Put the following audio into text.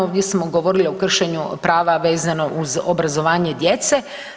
Ovdje smo govorili o kršenju prava vezano uz obrazovanje djece.